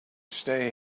stay